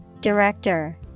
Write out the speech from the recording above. Director